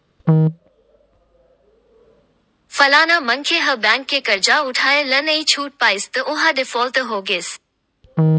फलाना मनखे ह बेंक के करजा उठाय ल नइ छूट पाइस त ओहा डिफाल्टर हो गिस